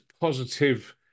positive